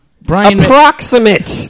Approximate